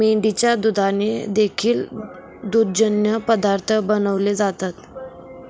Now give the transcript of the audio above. मेंढीच्या दुधाने देखील दुग्धजन्य पदार्थ बनवले जातात